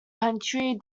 country